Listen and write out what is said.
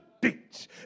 beach